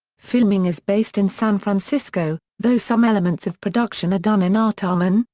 filming is based in san francisco, though some elements of production are done in artarmon,